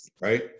Right